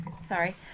Sorry